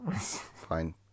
fine